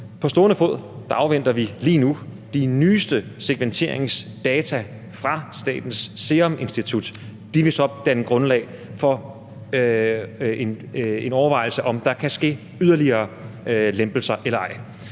På stående fod afventer vi lige nu de nyeste segmenteringsdata fra Statens Serum Institut, og de vil så danne grundlag for en overvejelse om, om der kan ske yderligere lempelser eller ej,